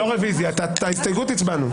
על ההסתייגות הצבענו.